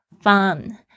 Fun